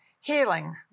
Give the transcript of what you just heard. healing